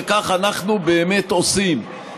וכך אנחנו באמת עושים,